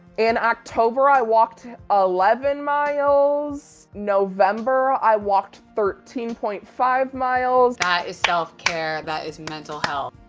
in october, i walked ah eleven miles. november, i walked thirteen point five miles. that is self-care. that is mental health.